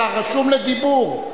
אתה רשום לדיבור.